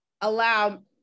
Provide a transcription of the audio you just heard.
allow